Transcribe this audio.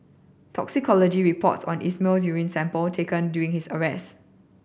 toxicology reports on Ismail's urine sample taken doing his arrest